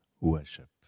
worship